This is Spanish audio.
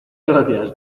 gracias